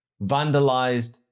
vandalized